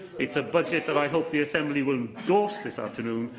it's a budget that i hope the assembly will endorse this afternoon,